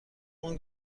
اون